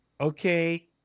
okay